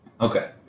okay